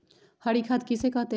हरी खाद किसे कहते हैं?